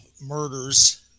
murders